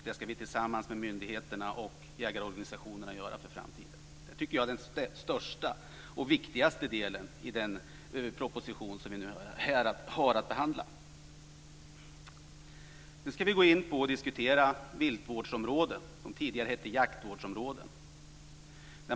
Det ska vi göra tillsammans med myndigheterna och jägarorganisationerna för framtiden. Det tycker jag är den största och viktigaste delen i den proposition som vi nu har att behandla. Nu ska vi gå in på och diskutera viltvårdsområden, som tidigare hette jaktvårdsområden.